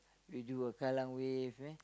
we do a Kallang-Wave eh